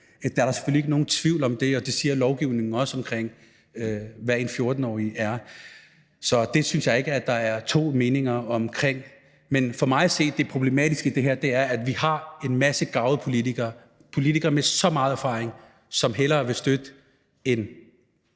Der er selvfølgelig ikke nogen tvivl om det, og lovgivningen siger det også, altså hvad en 14-årig er. Så det synes jeg ikke at der kan være to meninger om. Men for mig at se er det problematiske i det her, at vi har en masse garvede politikere med så meget erfaring, som hellere vil støtte en